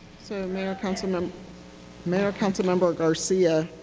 so mayor councilmember mayor councilmember garcia